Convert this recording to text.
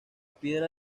piedra